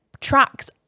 tracks